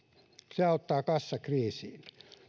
se auttaa kassakriisiin